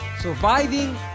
Surviving